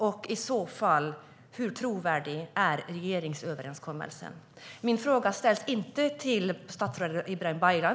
Om så är fallet, hur trovärdig är regeringsöverenskommelsen?